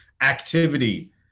activity